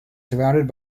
surrounded